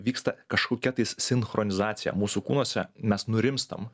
vyksta kažkokia tais sinchronizacija mūsų kūnuose mes nurimstam